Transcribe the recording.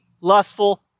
lustful